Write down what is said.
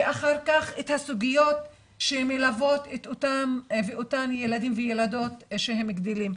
ואחר כך את הסוגיות את אותם ואותן ילדים וילדות כשהם גדלים.